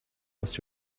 lost